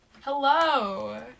Hello